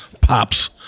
pops